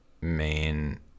main